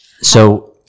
So-